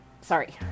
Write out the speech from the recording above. sorry